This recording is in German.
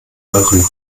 euren